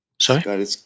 Sorry